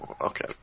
okay